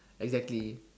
exactly